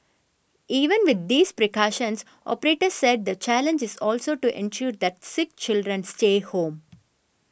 even with these precautions operators said the challenge is also to ensure that sick children stay home